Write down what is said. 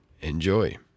Enjoy